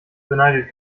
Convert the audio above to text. beneidet